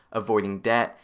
avoiding debt,